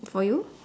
for you